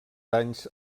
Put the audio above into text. danys